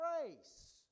grace